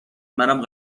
منم